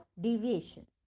deviation